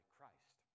Christ